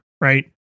right